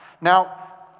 Now